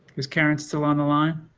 is karen still on the line.